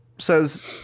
Says